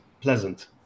pleasant